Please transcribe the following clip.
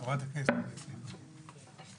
חברת הכנסת אורית סטרוק, כמובן.